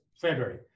February